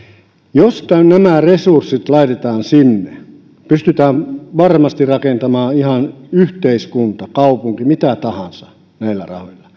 jos nämä resurssit laitetaan sinne niin pystytään varmasti rakentamaan ihan yhteiskunta kaupunki mitä tahansa näillä rahoilla